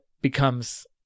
becomes